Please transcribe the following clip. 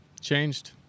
changed